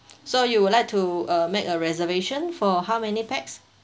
so you would like to uh make a reservation for how many pax